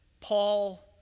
Paul